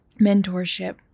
mentorship